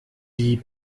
die